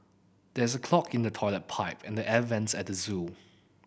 there is a clog in the toilet pipe and the air vents at the zoo